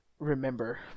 remember